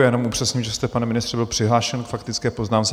Já jenom upřesním, že jste, pane ministře, byl přihlášen k faktické poznámce.